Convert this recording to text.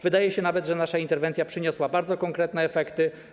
Wydaje się nawet, że nasza interwencja przyniosła bardzo konkretne efekty.